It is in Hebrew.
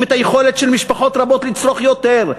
את היכולת של משפחות רבות לצרוך יותר.